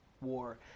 war